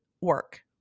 work